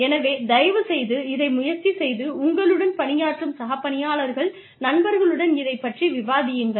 எனவே தயவுசெய்து இதை முயற்சி செய்து உங்களுடன் பணியாற்றும் சக பணியாளர்கள் நண்பர்களுடன் இதைப் பற்றி விவாதியுங்கள்